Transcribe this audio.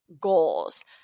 goals